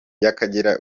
y’akagera